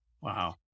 Wow